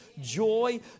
joy